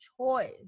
choice